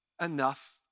Enough